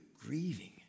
grieving